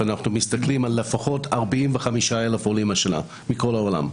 אנחנו מסתכלים על לפחות 45,000 עולים השנה מכל העולם.